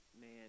man